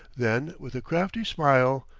then with a crafty smile,